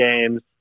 games